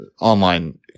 online